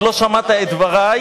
עוד לא שמעת את דברי,